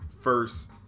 first